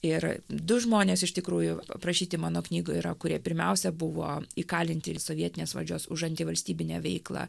ir du žmonės iš tikrųjų aprašyti mano knygų yra kurie pirmiausia buvo įkalinti ir sovietinės valdžios už antivalstybinę veiklą